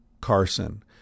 Carson